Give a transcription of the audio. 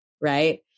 right